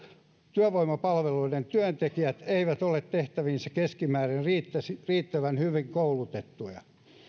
työvoimapalveluiden työntekijät eivät ole tehtäviinsä keskimäärin riittävän hyvin koulutettuja